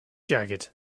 jacket